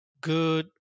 good